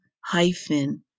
hyphen